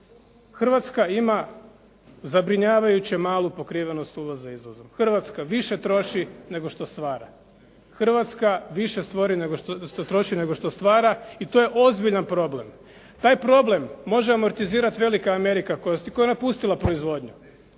Hrvatska ima zabrinjavajuće malu pokrivenost uvoza izvozom. Hrvatska više troši nego što stvara i to je ozbiljan problem. Taj problem može amortizirati velika Amerika koja je napustila proizvodnju,